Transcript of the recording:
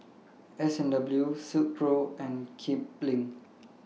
S and W Silkpro and Kipling